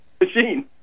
machine